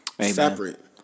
separate